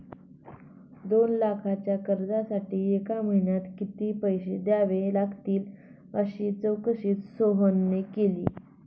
दोन लाखांच्या कर्जासाठी एका महिन्यात किती पैसे द्यावे लागतील अशी चौकशी सोहनने केली